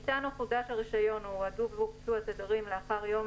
" על תשלום